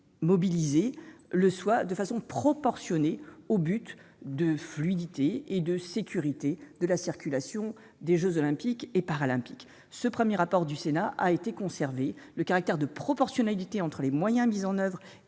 mobilisation soient proportionnés à l'objectif de fluidité et de sécurité de la circulation lors des jeux Olympiques et Paralympiques. Ce premier apport du Sénat a été maintenu. Le caractère de proportionnalité entre les moyens mis en oeuvre